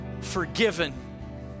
forgiven